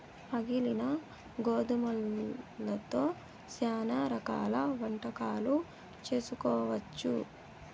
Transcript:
పగిలిన గోధుమలతో శ్యానా రకాల వంటకాలు చేసుకోవచ్చు